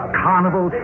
carnival